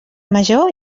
major